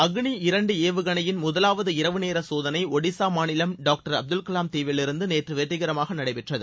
அக்னி இரண்டு ஏவுகணையின் முதலாவது இரவு நேர சோதனை ஒடிசா மாநிலம் டாக்டர் அப்துல்கலாம் தீவிலிருந்து நேற்று வெற்றிகரமாக நடைபெற்றது